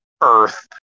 earth